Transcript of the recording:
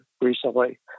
recently